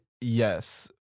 yes